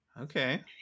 Okay